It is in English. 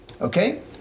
Okay